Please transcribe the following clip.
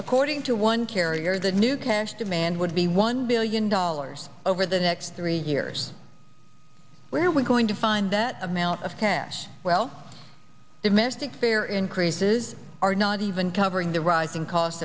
according to one carrier the new cash demand would be one billion dollars over the next three years where we're going to find that amount of cash well domestic fare increases are not even covering the rising cost